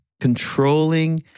controlling